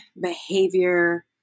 behavior